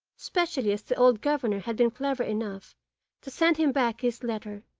especially as the old governor had been clever enough to send him back his letter,